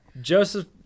Joseph